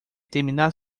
terminar